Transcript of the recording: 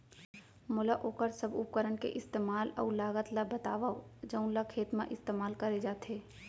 मोला वोकर सब उपकरण के इस्तेमाल अऊ लागत ल बतावव जउन ल खेत म इस्तेमाल करे जाथे?